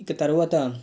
ఇక తరువాత